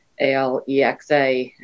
alexa